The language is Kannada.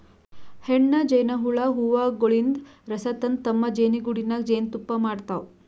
ಹೆಣ್ಣ್ ಜೇನಹುಳ ಹೂವಗೊಳಿನ್ದ್ ರಸ ತಂದ್ ತಮ್ಮ್ ಜೇನಿಗೂಡಿನಾಗ್ ಜೇನ್ತುಪ್ಪಾ ಮಾಡ್ತಾವ್